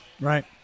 Right